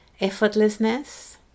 effortlessness